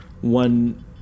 one